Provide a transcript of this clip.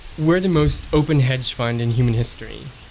we're the most open hedge fund in human history.